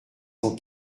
cent